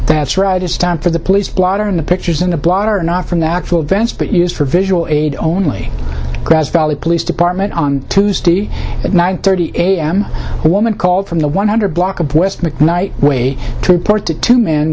that's right it is time for the police blotter in the pictures in the blotter not from the actual events but used for visual aid only grass valley police department on tuesday at nine thirty a m a woman called from the one hundred block of west mcknight way to port to two men